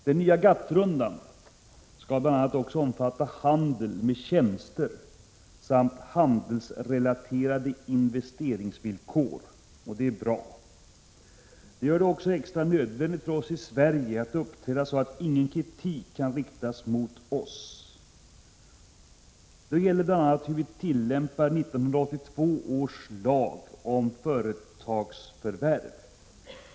Den nya GATT-rundan skall också omfatta handel med tjänster samt handelsrelaterade investeringsvillkor. Det är bra. Detta gör det extra nödvändigt för oss i Sverige att uppträda så att ingen kritik kan riktas mot oss. Det gäller bl.a. hur vi tillämpar 1982 års lag om företagsförvärv.